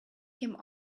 came